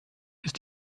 ist